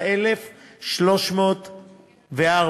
38,304,